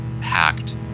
hacked